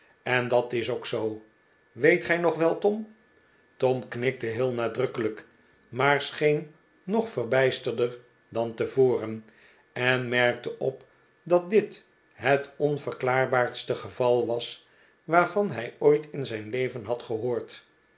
en dat is ook zoo weet gij nog wel tom tom knikte heel nadrukkelijk maar scheen nog verbijsterder dan tevoren en merkte op dat dit het onverklaarbaarste geval was waar van hij ooit in zijn leven had gehoord